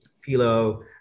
Philo